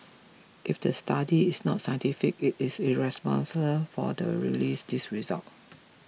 if the study is not scientific it it is irresponsible for the release these results